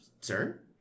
Sir